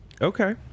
Okay